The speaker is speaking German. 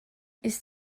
ist